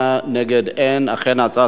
ההצעה